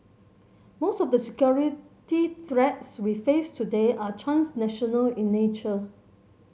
most of the security threats we face today are transnational in nature